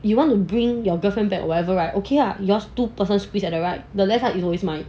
you want to bring your girlfriend back whatever right okay ah yours two persons squeeze at the right the left side is always mine